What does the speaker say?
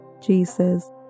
Jesus